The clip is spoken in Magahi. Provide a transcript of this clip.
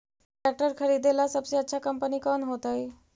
ट्रैक्टर खरीदेला सबसे अच्छा कंपनी कौन होतई?